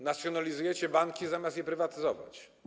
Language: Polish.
Nacjonalizujecie banki, zamiast je prywatyzować.